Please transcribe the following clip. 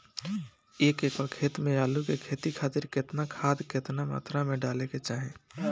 एक एकड़ खेत मे आलू के खेती खातिर केतना खाद केतना मात्रा मे डाले के चाही?